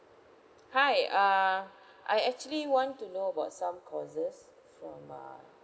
hi uh I actually want to know about some courses from uh